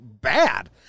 bad